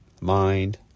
Mind